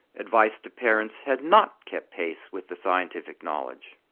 advice to parents had not kept pace with the scientific knowledge.